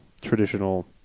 Traditional